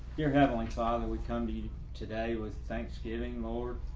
dear heavenly father, we come to you today with thanksgiving lord,